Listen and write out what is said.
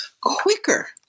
quicker